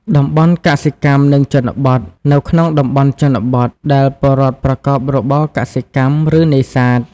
តំបន់កសិកម្ម និងជនបទ នៅក្នុងតំបន់ជនបទ ដែលពលរដ្ឋប្រកបរបរកសិកម្ម ឬនេសាទ ។